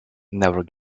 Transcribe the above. never